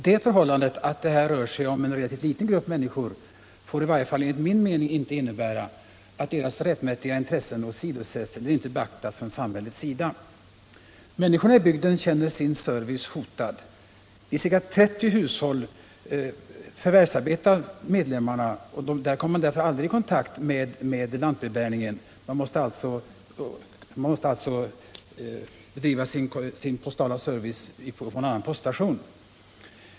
Det förhållandet att det här rör sig om en relativt liten grupp människor får i varje fall enligt min mening inte innebära att deras rättmätiga intressen inte blir beaktade av samhället. Människorna i bygden känner sin service hotad. I ca 30 hushåll förvärvsarbetar familjemedlemmarna och kommer därför aldrig i kontakt med lantbrevbäringen, utan måste få sin service på en annan poststation.